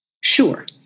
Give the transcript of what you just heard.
Sure